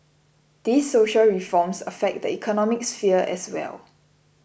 these social reforms affect the economic sphere as well